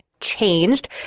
changed